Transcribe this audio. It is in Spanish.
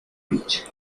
beach